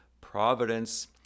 providence